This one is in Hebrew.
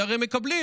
כי הרי הם מקבלים.